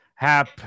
Hap